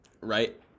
right